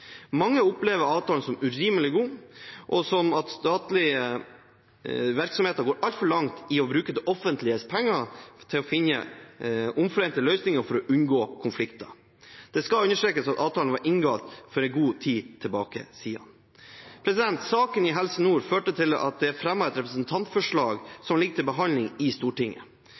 Mange opplever avtalen som urimelig god, og som at statlige virksomheter går altfor langt i å bruke det offentliges penger til å finne omforente løsninger for å unngå konflikter. Det skal understrekes at avtalen var inngått for en god tid siden. Saken i Helse Nord førte til at det er fremmet et representantforslag som ligger til behandling i Stortinget.